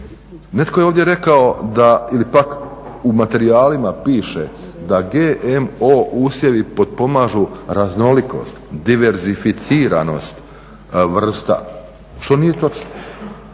Netko je ovdje rekao ili pak u materijalima piše da GMO usjevi potpomažu raznolikost, diverzificiranost vrsta što nije točno